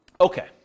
Okay